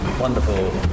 wonderful